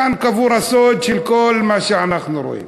כאן קבור הסוד של כל מה שאנחנו רואים.